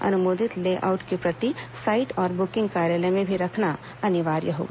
अनुमोदित layout की प्रति साइट और बुकिंग कार्यालय में भी रखना अनिवार्य होगा